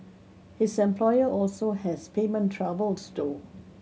his employer also has payment troubles though